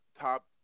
Top